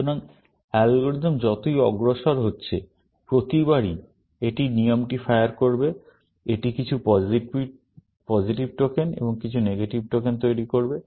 সুতরাং অ্যালগরিদম যতই অগ্রসর হচ্ছে প্রতিবারই এটি নিয়মটি ফায়ার করবে এটি কিছু পজিটিভ টোকেন এবং কিছু নেগেটিভ টোকেন তৈরি করবে